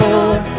Lord